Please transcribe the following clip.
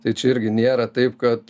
tai čia irgi nėra taip kad